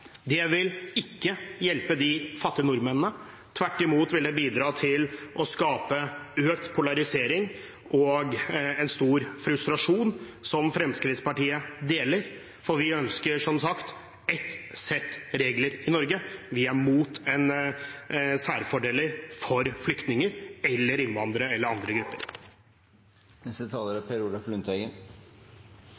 Det vil ikke hjelpe de fattige nordmennene, tvert imot vil det bidra til å skape økt polarisering og en stor frustrasjon, som Fremskrittspartiet deler, for vi ønsker som sagt ett sett regler i Norge. Vi er imot særfordeler for flyktninger, innvandrere eller andre